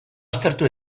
aztertu